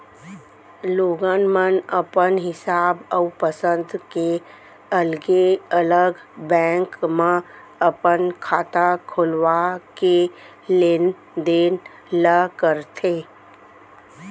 लोगन मन अपन हिसाब अउ पंसद के अलगे अलग बेंक म अपन खाता खोलवा के लेन देन ल करथे